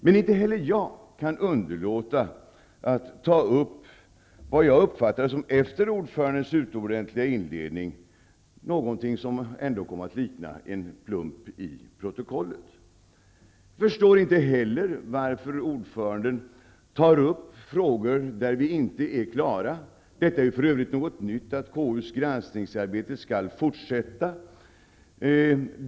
Men inte heller jag kan underlåta att ta upp något som, så uppfattade jag det, efter ordförandens utomordentliga inledning ändå kan liknas vid en plump i protokollet. Vidare förstår jag inte varför ordföranden tar upp frågor som vi inte är klara med. För övrigt är det någonting nytt att KU:s granskningsarbete skall fortsätta.